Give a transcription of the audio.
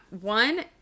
One